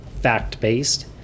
fact-based